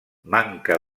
manca